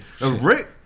Rick